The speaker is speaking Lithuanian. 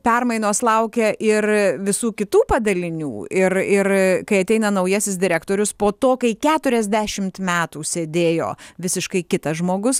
permainos laukia ir visų kitų padalinių ir ir kai ateina naujasis direktorius po to kai keturiasdešim metų sėdėjo visiškai kitas žmogus